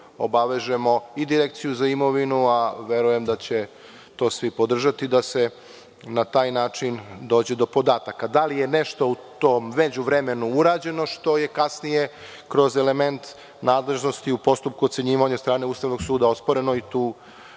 obavežemo Direkciju za imovinu, a verujem da će to svi podržati, da se na taj način dođe do podataka. Da li je nešto u tom međuvremeno urađeno, što je kasnije kroz elemente nadležnosti u postupku ocenjivanja od strane Ustavnog suda osporeno i tu